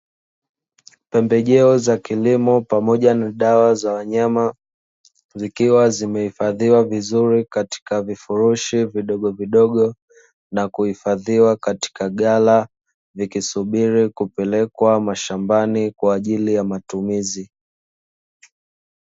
Pembejeo za kilimo, pamoja na dawa za wanyama zikiwa zimehifadhiwa vizuri katika vifurushi vidogovidogo na kuhifadhiwa katika gala vikisubiri kupelekwa mashambani kwaajili ya matumizi.